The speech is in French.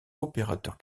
opérateur